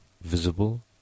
visible